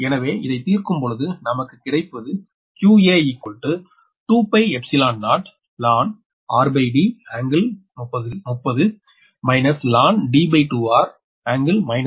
எனவே இதை தீர்குக்பொழுது நமக்கு கிடைப்பது கூலொம்ப்